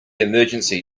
emergency